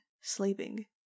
sleeping